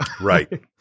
Right